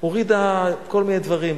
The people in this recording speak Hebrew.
הורידה כל מיני דברים,